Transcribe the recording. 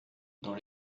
dans